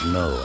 no